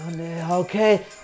Okay